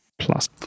Plus